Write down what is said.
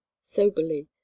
soberly